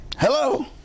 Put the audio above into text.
Hello